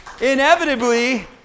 inevitably